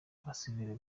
abasivili